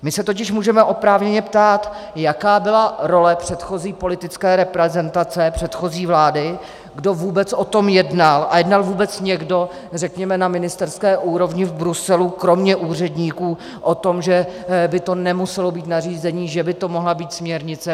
My se totiž můžeme oprávněně ptát, jaká byla role předchozí politické reprezentace, předchozí vlády, kdo vůbec o tom jednal, a jednal vůbec někdo, řekněme, na ministerské úrovni v Bruselu kromě úředníků o tom, že by to nemuselo být nařízení, že by to mohla být směrnice.